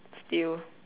still